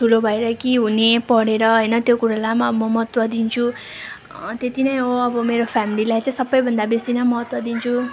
ठुलो भएर के हुने पढेर होइन त्यो कुरोलाई पनि म महत्त्व दिन्छु त्यति नै हो अब मेरो फेमेलीलाई चाहिँ सबै भन्दा बेसि नै महत्व दिन्छु